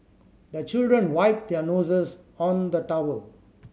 the children wipe their noses on the towel